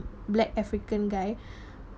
black african guy